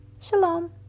Shalom